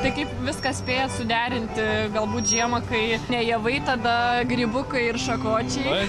tai kaip viską spėjat suderinti galbūt žiemą kai javai tada grybukai ir šakočiai